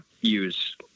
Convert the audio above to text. use